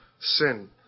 sin